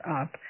up